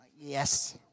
Yes